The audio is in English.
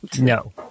No